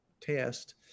test